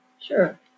sure